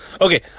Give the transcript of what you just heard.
okay